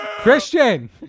Christian